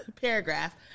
paragraph